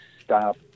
stop